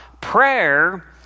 Prayer